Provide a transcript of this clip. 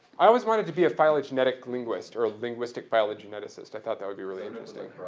i always wanted to be a phylogenetic linguist or linguistic phylogeneticist. i thought that would be really interesting.